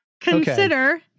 consider